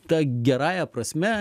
ta gerąja prasme